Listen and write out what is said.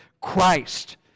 Christ